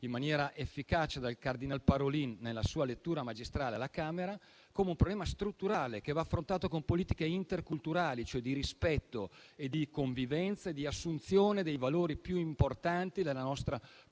in maniera efficace dal Cardinal Parolin nella sua lettura magistrale alla Camera, come un problema strutturale che va affrontato con politiche interculturali, di rispetto, di convivenza e di assunzione dei valori più importanti della nostra convivenza